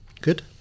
good